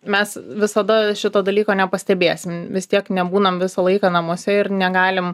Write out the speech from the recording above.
mes visada šito dalyko nepastebėsim vis tiek nebūnam visą laiką namuose ir negalim